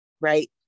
right